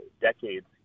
decades